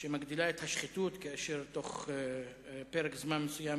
שמגדילה את השחיתות כאשר בתוך פרק זמן מסוים